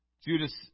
Judas